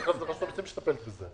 רשות המיסים מטפלת בזה.